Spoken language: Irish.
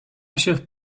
sibh